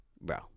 bro